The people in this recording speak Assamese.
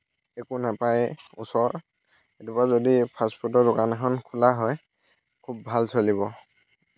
একো নাপায় ওচৰত তেনেকুৱা যদি ফাষ্টফুডৰ দোকান এখন খোলা হয় খুব ভাল চলিব